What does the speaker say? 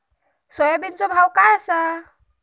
सोयाबीनचो भाव काय आसा?